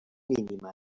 mínima